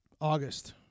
August